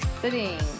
sitting